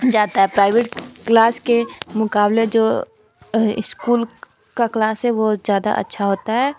जाता है private class के मुकाबले जो स्कूल का क्लास है वह ज़्यादा अच्छा होता है